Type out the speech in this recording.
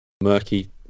murky